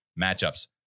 matchups